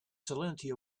salinity